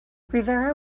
rivera